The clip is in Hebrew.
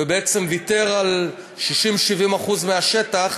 ובעצם ויתר על 70%-60% מהשטח,